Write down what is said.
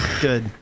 good